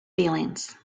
feelings